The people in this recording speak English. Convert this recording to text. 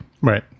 Right